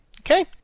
Okay